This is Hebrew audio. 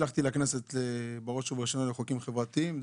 נשלחתי לכנסת בראש הראשונה לחוקק חוקים חברתיים.